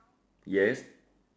yes